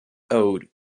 ode